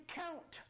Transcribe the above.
count